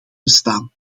bestaan